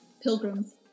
Pilgrims